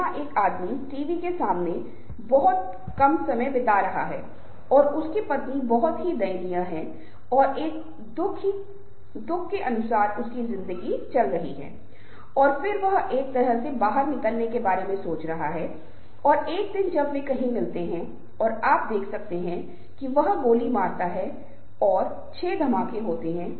हाँ कभी कभी इसे स्थगित करना बेहतर है क्योंकि यह उल्लेख किया गया है कि जब कुछ बहुत ही अस्थायी कार्य करने के लिए दिए गए हैं और कुछ समय के लिए यह किया जाता है और फिर एक बड़ी उपलब्धि या बड़े उद्देश्य के लिए बड़ा कारण होता है